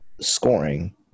scoring